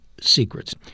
secrets